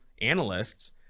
analysts